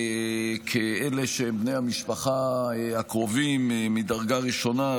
כאלה שהם בני המשפחה הקרובים מדרגה ראשונה,